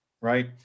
right